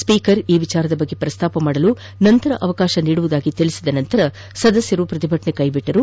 speaker ಈ ವಿಚಾರದ ಬಗ್ಗೆ ಪ್ರಸ್ತಾಪಿಸಲು ನಂತರ ಅವಕಾಶ ನೀಡುವುದಾಗಿ ತಿಳಿಸಿದ ತರುವಾಯ ಸದಸ್ಯರು ಪ್ರತಿಭಟನೆ ಕೈಬಿಟ್ಚರು